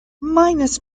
minus